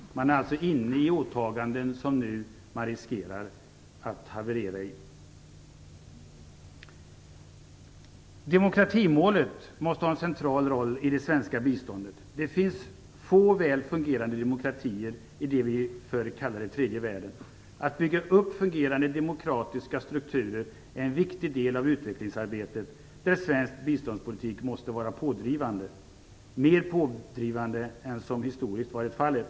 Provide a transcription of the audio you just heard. Man är alltså inne i åtaganden som man nu riskerar att haverera i. Demokratimålet måste ha en central roll i det svenska biståndet. Det finns få väl fungerande demokratier i det som vi förr kallade tredje världen. Att bygga upp fungerande demokratiska strukturer är en viktig del av utvecklingsarbetet. Där måste svensk biståndspolitik vara mer pådrivande än vad som historiskt varit fallet.